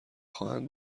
خواهند